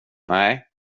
nej